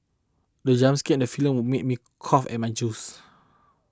the jump scare in the film made me cough out my juice